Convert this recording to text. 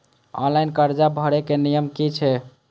Online कर्जा भरे के नियम की छे?